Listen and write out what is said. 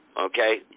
Okay